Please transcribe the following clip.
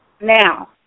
Now